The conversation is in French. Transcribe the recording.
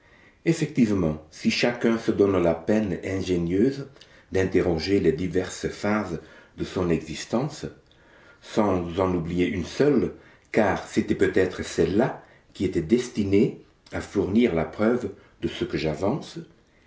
effectivement si chacun se donne la peine ingénieuse d'interroger les diverses phases de son existence sans en oublier une seule car c'était peut-être celle-là qui était destinée à fournir la preuve de ce que j'avance